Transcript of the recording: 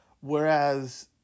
whereas